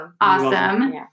awesome